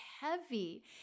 heavy